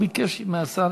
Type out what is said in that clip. והוא ביקש מהשר,